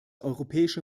europäische